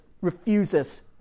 refuses